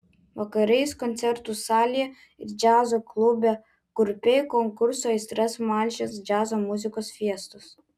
vakarais koncertų salėje ir džiazo klube kurpiai konkurso aistras malšins džiazo muzikos fiestos